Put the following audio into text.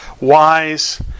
wise